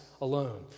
alone